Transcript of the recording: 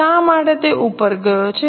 શા માટે તે ઉપર ગયો છે